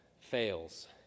fails